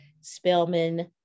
Spelman